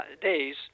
days